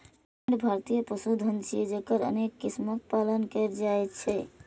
भेड़ भारतीय पशुधन छियै, जकर अनेक किस्मक पालन कैल जाइ छै